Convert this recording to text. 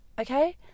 Okay